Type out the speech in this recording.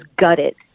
gutted